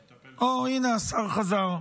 הו, הינה, השר חזר.